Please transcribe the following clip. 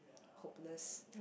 hopeless